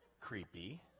creepy